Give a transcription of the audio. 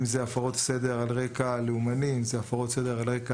אם זה על רקע לאומני או חברתי.